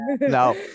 No